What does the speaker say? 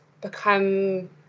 become